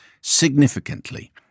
significantly